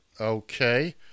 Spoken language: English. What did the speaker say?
okay